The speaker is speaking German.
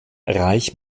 reich